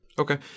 Okay